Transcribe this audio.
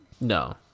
No